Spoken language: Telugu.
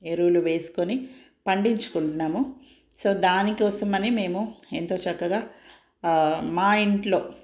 ఎరువులు వేసుకుని పండించుకుంటున్నాము సో దానికోసం అని మేము ఎంతో చక్కగా మా ఇంట్లో